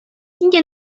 nie